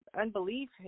unbelief